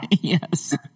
Yes